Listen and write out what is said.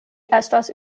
estas